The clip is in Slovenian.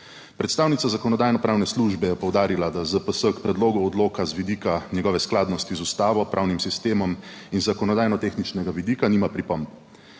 Predstavnica Zakonodajno-pravne službe je poudarila, da ZPS k predlogu odloka z vidika njegove skladnosti z Ustavo, pravnim sistemom in z zakonodajno tehničnega vidika nima pripomb.